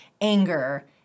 anger